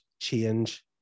change